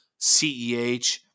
Ceh